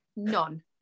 none